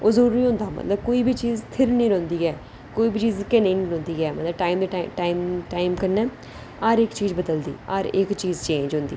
कोई बी चीज स्थिर निं रौंह्दी कोई बी चीज इक्कै जेही निं रौंह्दी मतलब टाइम कन्नै हर इक चीज बदलदी हर इक चीज चेंज होंदी